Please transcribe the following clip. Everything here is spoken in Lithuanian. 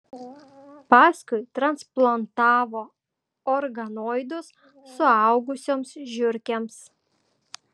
paskui transplantavo organoidus suaugusioms žiurkėms